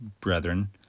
brethren